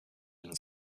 and